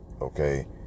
Okay